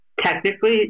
technically